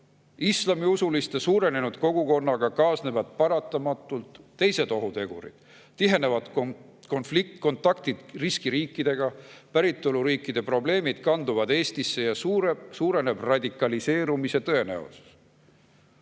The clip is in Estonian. Islamiusuliste suurenenud kogukonnaga kaasnevad paratamatult teised ohutegurid, tihenevad konfliktkontaktid riskiriikidega, päritoluriikide probleemid kanduvad Eestisse ja suureneb radikaliseerumise tõenäosus.